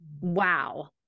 wow